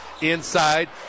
Inside